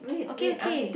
okay okay